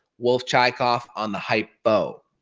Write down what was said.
wolff-chaikoff on the hypo